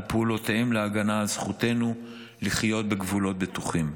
על פעולותיהם להגנה על זכותנו לחיות בגבולות בטוחים.